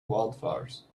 wildflowers